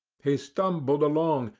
he stumbled along,